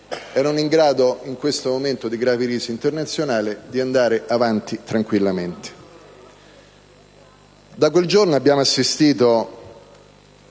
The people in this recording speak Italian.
erano in grado, in questo momento di grave crisi internazionale, di andare avanti tranquillamente.